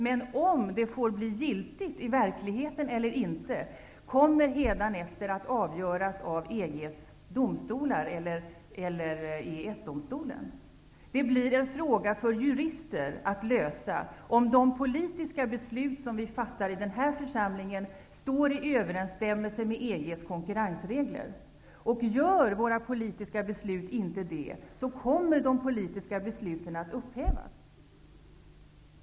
Men om det beslutet får bli giltigt i verkligheten eller inte kommer hädanefter att avgöras i EG:s domstolar eller av EES-domstolen. Det blir en fråga för jurister att svara på om de politiska beslut som fattas av denna församling står i överensstämmelse med EG:s konkurrensregler. Är det inte så, kommer de politiska besluten att upphävas.